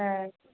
ஆ